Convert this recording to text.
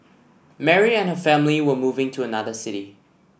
Mary and her family were moving to another city